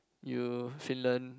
you Finland